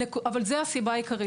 אבל זו הסיבה העיקרית.